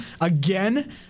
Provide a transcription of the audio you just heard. again